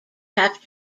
have